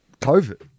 COVID